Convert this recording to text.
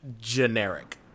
generic